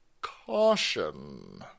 caution